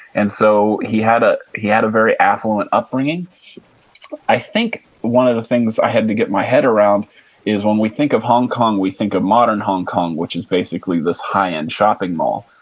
and so, he had ah he had a very affluent upbringing i think one of the things i had to get my head around is when we think of hong kong, we think of modern hong kong which is basically this high-end shopping mall.